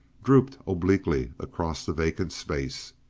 drooped obliquely across the vacant space.